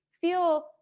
feel